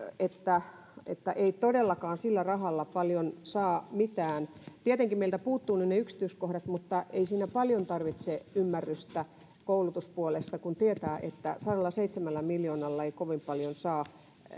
että että todellakaan sillä rahalla ei saa paljon mitään tietenkin meiltä puuttuvat ne ne yksityiskohdat mutta ei siinä paljon tarvitse ymmärrystä koulutuspuolesta kun tietää että sadallaseitsemällä miljoonalla ei kovin paljon saa